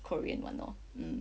korean [one] lor mm